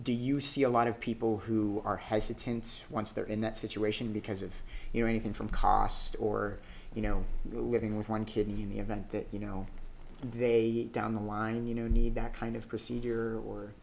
do you see a lot of people who are has to tense once they're in that situation because if you know anything from cost or you know you're living with one kidney in the event that you know they down the line you need that kind of procedure or